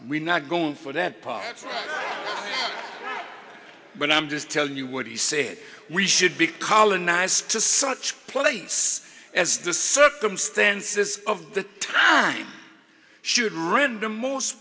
we're not going for that part but i'm just telling you what he said we should be colonized to such place as the circumstances of the time should render most